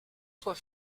soit